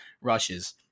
rushes